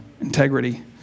integrity